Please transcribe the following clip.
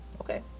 okay